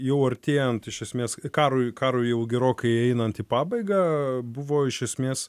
jau artėjant iš esmės karui karui jau gerokai einant į pabaigą buvo iš esmės